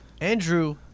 Andrew